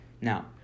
Now